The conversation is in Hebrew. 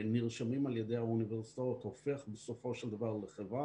שנרשמים על ידי האוניברסיטאות הופך בסופו של דבר לחברה.